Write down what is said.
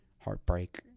heartbreak